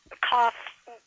cough